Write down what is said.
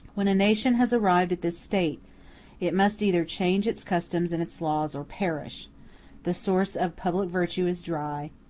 when a nation has arrived at this state it must either change its customs and its laws or perish the source of public virtue is dry,